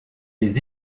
les